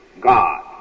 God